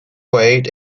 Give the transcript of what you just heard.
weighed